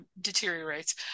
deteriorates